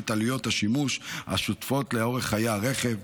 את עליות השימוש השוטפות לאורך חיי הרכב.